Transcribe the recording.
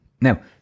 now